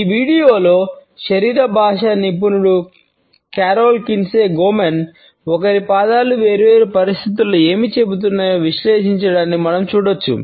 ఈ వీడియోలో ఒకరి పాదాలు వేర్వేరు పరిస్థితులలో ఏమి చెబుతున్నారో విశ్లేషించడాన్ని మనం చూడవచ్చు